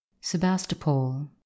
Sebastopol